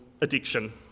addiction